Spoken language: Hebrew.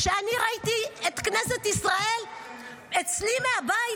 כשאני ראיתי את כנסת ישראל אצלי מהבית,